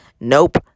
nope